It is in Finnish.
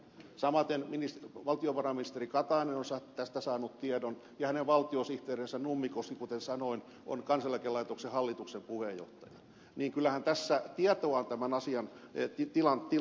samaten valtiovarainministeri katainen on tästä saanut tiedon ja hänen valtiosihteerinsä nummikoski kuten sanoin on kansaneläkelaitoksen hallituksen puheenjohtaja niin kyllähän tässä tietoa on tämän asian tilasta ollut